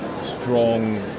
strong